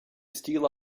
steal